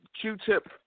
Q-Tip